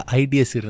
ideas